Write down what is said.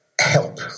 help